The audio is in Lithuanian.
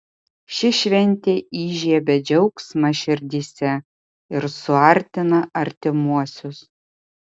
ši šventė įžiebia džiaugsmą širdyse ir suartina artimuosius